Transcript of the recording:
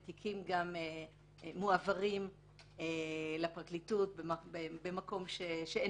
ודברים מועברים לפרקליטות במקום שבו לא